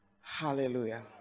hallelujah